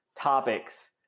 topics